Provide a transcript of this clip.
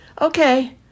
Okay